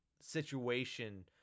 situation